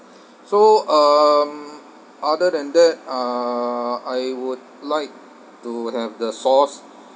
so um other than that uh I would like to have the sauce